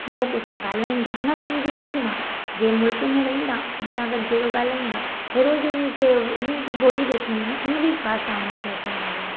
न उहे कंहिंसां ॻाल्हाईंदा न कंहिंजी बुधंदा जे मुल्क़ में रहंदा उनसां गॾु जहिड़ो ॻाल्हाईंदा इहे रोज़ हुनखे हुनई जी ॿोलीच अचणी न उनजी भाषा उनखे अचण वारी आहे